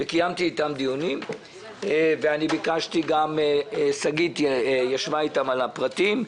קיימתי איתם דיונים, גם שגית ישבה איתם על הפרטים.